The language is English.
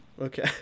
Okay